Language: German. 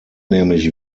nämlich